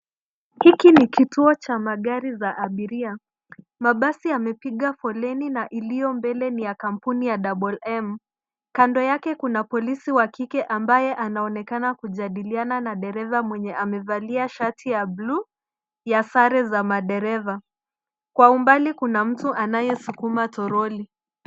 Hiki ni kituo cha magari za abiria. Mabasi yamepiga foleni na iliyo mbele ni ya kampuni ya Double M. Kando yake kuna polisi wa kike ambaye anaonekana kujadiliana na dereva mwenye amevalia shati ya buluu ya sare za madereva. Kwa umbali kuna mtu anayesukuma toroli.